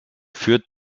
führt